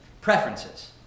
Preferences